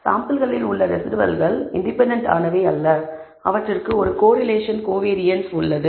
சாம்பிள்களில் உள்ள ரெஸிடுவல்கள் இன்டெபென்டென்ட் ஆனவை அல்ல அவற்றுக்கு ஒரு கோரிலேஷன் கோவேரியன்ஸ் உள்ளது